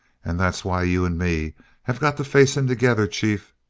and that's why you and me have got to face him together, chief.